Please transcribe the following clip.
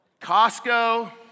Costco